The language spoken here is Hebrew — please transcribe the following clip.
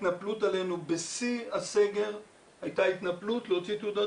בשיא הסגר הייתה התנפלות להוציא תעודות